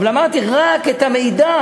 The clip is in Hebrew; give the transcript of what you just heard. אבל אמרתי: רק את המידע,